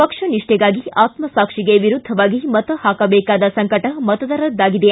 ಪಕ್ಷ ನಿಷ್ಠೆಗಾಗಿ ಆತ್ಮಸಾಕ್ಷಿಗೆ ವಿರುದ್ಧವಾಗಿ ಮತ ಹಾಕಬೇಕಾದ ಸಂಕಟ ಮತದಾರರದ್ದಾಗಿದೆ